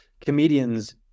comedians